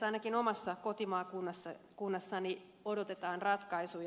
ainakin omassa kotimaakunnassani odotetaan ratkaisuja